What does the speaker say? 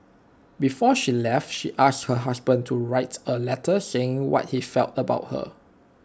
before she left she asked her husband to write A letter saying what he felt about her